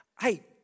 hey